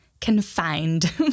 confined